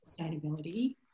Sustainability